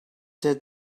that